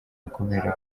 kubera